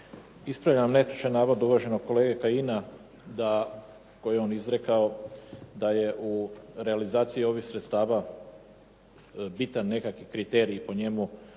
Ispravljam netočan navod uvaženog kolege Kajina koji je on izrekao da je u realizaciji ovih sredstava bitan nekakav kriterij po njemu